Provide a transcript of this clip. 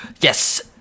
Yes